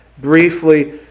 Briefly